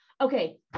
Okay